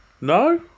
No